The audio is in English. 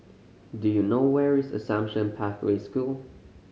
do you know where is Assumption Pathway School